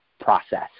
process